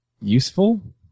useful